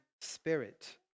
Spirit